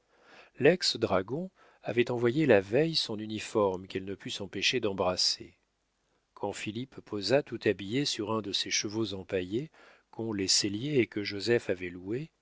trou lex dragon avait envoyé la veille son uniforme qu'elle ne put s'empêcher d'embrasser quand philippe posa tout habillé sur un de ces chevaux empaillés qu'ont les selliers et que joseph avait loué